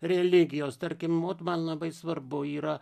religijos tarkim vot man labai svarbu yra